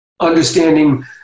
understanding